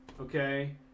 okay